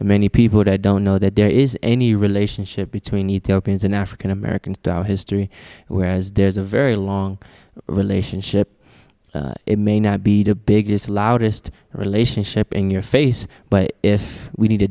and many people don't know that there is any relationship between need therapy and an african american history whereas there's a very long relationship it may not be the biggest loudest relationship in your face but if we need